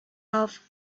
off